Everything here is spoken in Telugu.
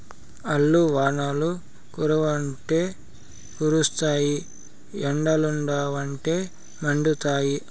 ఆల్లు వానలు కురవ్వంటే కురుస్తాయి ఎండలుండవంటే మండుతాయి